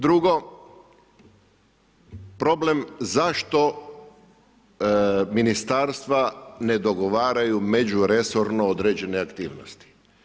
Drugo, problem zašto ministarstva ne dogovaraju međuresorno određene aktivnosti?